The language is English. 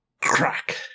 crack